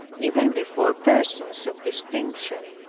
even before persons of distinction,